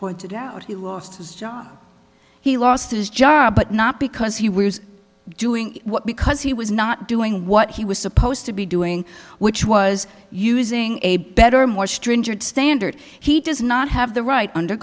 pointed out he lost his job he lost his job but not because he was doing what because he was not doing what he was supposed to be doing which was using a better more stringent standard he does not have the right under